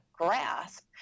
grasp